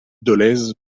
dolez